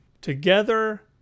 together